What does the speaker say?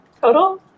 Total